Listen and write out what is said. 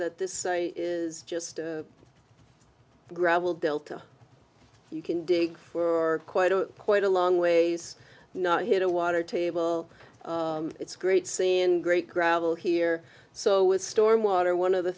that this is just a gravel delta you can dig for quite a quite a long ways not hit a water table it's great seeing great gravel here so with storm water one of the